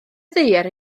ddaear